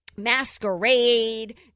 masquerade